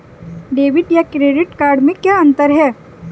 Debit या credit card में क्या अन्तर है?